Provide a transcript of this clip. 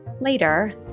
Later